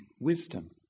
wisdom